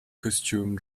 costume